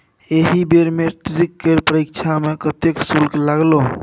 एहि बेर मैट्रिक केर परीक्षा मे कतेक शुल्क लागलौ?